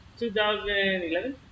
2011